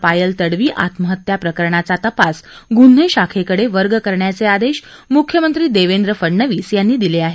पायल तडवी आत्महत्या प्रकरणाचा तपास गुन्हे शाखेकडे वर्ग करण्याचे आदेश मुख्यमंत्री देवेंद्र फडणवीस यांनी दिले आहेत